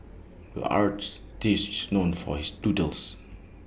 the artist is known for his doodles